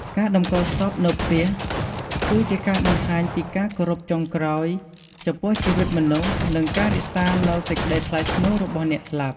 ការតម្កល់សពនៅផ្ទះ គឺជាការបង្ហាញពី ការគោរពចុងក្រោយ ចំពោះជីវិតមនុស្ស និងការរក្សានូវសេចក្តីថ្លៃថ្នូររបស់អ្នកស្លាប់។